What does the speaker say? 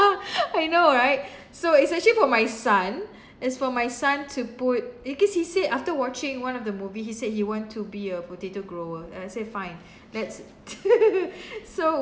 I know right so it's actually for my son it's for my son to put because he said after watching one of the movie he said he want to be a potato grower uh I said fine let's so